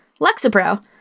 Lexapro